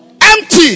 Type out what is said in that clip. empty